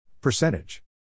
Percentage